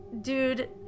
dude